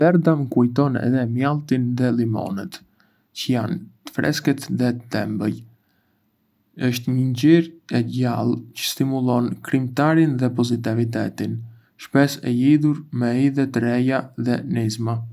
E verdha më kujton mjaltin dhe limonët, çë janë të freskët dhe të ëmbël. Është një ngjyrë e gjallë çë stimulon krijimtarinë dhe pozitivitetin, shpesh e lidhur me ide të reja dhe nisma.